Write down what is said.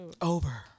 over